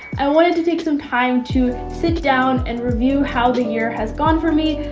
i wanted to take some time to sit down and review how the year has gone for me,